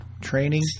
training